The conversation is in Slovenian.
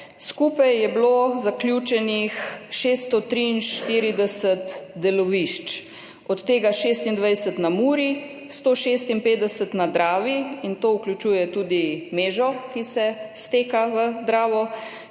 Skupaj je bilo zaključenih 643 delovišč, od tega 26 na Muri, 156 na Dravi – in to vključuje tudi Mežo, ki se steka v Dravo